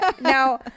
Now